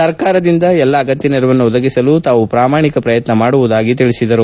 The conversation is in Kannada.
ಸರಕಾರದಿಂದ ಎಲ್ಲಾ ಅಗತ್ಯ ನೆರವನ್ನು ಒದಗಿಸಲು ತಾವು ಪ್ರಾಮಾಣಿಕ ಪ್ರಯತ್ನ ಮಾಡುವುದಾಗಿ ತಿಳಿಸಿದರು